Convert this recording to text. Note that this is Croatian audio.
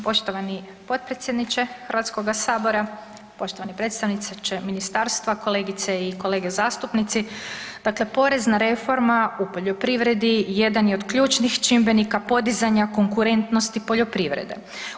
Poštovani potpredsjedniče Hrvatskoga sabora, poštovani predstavnici ministarstva, kolegice i kolege zastupnici, dakle porezna reforma u poljoprivredi jedan je od ključnih čimbenika podizanja konkurentnosti poljoprivrede.